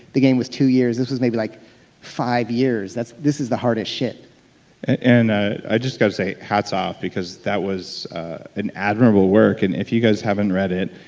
the game was two years. this was maybe like five years. this is the hardest shit and i i just got to say hats off because that was an admirable work, and if you guys haven't read it,